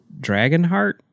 Dragonheart